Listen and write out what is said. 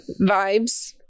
vibes